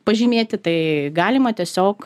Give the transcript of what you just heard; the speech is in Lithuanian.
pažymėti tai galima tiesiog